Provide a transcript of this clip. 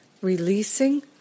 releasing